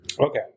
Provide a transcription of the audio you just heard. Okay